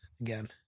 again